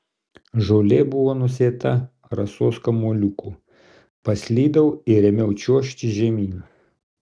žolė buvo nusėta rasos karoliukų paslydau ir ėmiau čiuožti žemyn